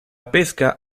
pesca